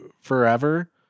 forever